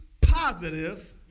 positive